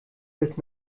bis